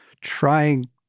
trying